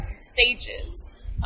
stages